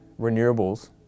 renewables